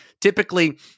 Typically